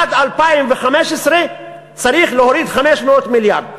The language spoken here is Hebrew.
עד 2015 צריך להוריד 500 מיליון שקל.